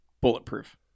Bulletproof